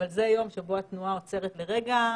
אבל זה יום שבו התנועה עוצרת לרגע,